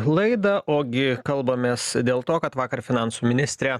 laidą o gi kalbamės dėl to kad vakar finansų ministrė